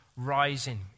rising